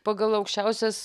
pagal aukščiausias